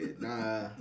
Nah